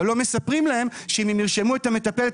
אבל לא מספרים להם שאם הם ירשמו את המטפלת